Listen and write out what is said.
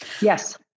Yes